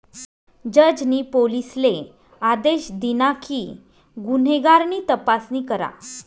जज नी पोलिसले आदेश दिना कि गुन्हेगार नी तपासणी करा